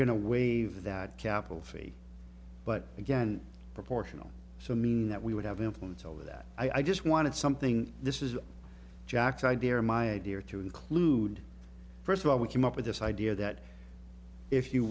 to waive that capital fee but again proportional so mean that we would have influence over that i just wanted something this is jack's idea or my idea to include first of all we came up with this idea that if you